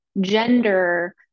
gender